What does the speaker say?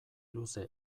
luze